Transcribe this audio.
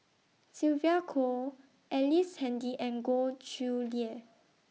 Sylvia Kho Ellice Handy and Goh Chiew Lye